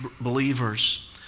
believers